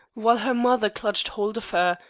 while her mother clutched hold of her,